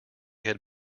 had